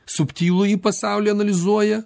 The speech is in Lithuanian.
subtilųjį pasaulį analizuoja